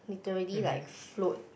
literally like float